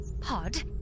Pod